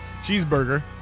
cheeseburger